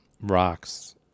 rocks